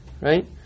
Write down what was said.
right